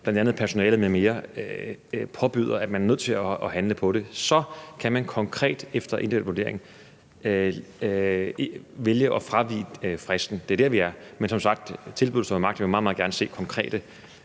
bl.a. personale, påbyder, at man er nødt til at handle på det. Så kan man konkret efter individuel vurdering vælge at fravige fristen. Det er der, vi er. Men som sagt står tilbuddet ved magt om, at jeg meget, meget gerne vil se på konkrete